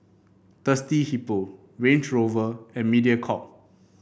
Thirsty Hippo Range Rover and Mediacorp